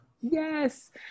Yes